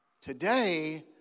today